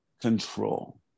control